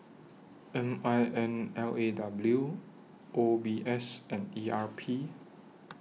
M I N L A W O B S and E R P